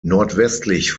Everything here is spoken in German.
nordwestlich